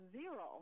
zero